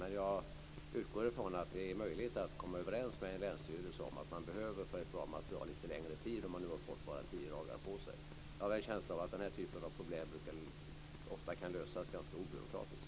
Men jag utgår ifrån att det är möjligt att komma överens med en länsstyrelse om att man behöver lite längre tid för ett bra material om man nu har fått bara tio dagar på sig. Jag har en känsla av att den här typen av problem ofta kan lösas ganska obyråkratiskt.